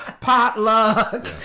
potluck